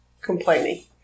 complaining